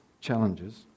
challenges